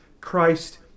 Christ